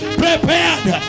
prepared